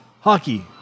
hockey